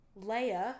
Leia